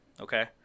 okay